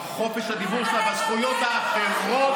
בחופש הדיבור שלה ובזכויות אחרות,